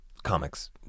Comics